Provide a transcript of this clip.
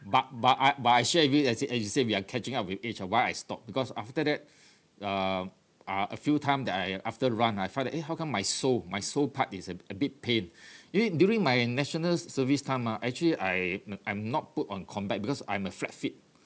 but but I but I share with as you said as you said we are catching up with age ah why I stopped because after that uh uh a few time that I after run ah I find that eh how come my sole my sole part is a a bit pain during my national service time ah actually I I'm not put on combat because I'm a flat feet